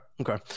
okay